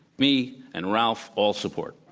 me, and ralph all support.